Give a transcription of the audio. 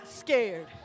scared